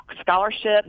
Scholarship